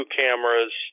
cameras